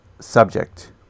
subject